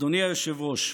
אדוני היושב-ראש,